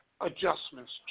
adjustments